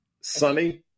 Sunny